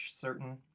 certain